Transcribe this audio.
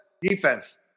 Defense